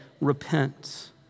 repent